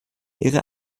ihre